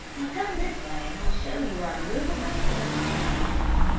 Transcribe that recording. now, come this way, and i'll show you our movable feeding troughs.